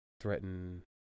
threaten